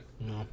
No